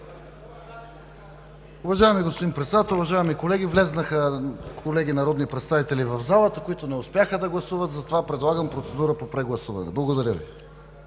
Уважаеми господин Председател, уважаеми колеги! Влезнаха колеги народни представители в залата, които не успяха да гласуват, затова предлагам процедура по прегласуване. Благодаря.